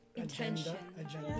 intention